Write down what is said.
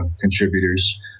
contributors